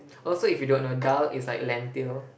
also if you don't know dahl is like lentil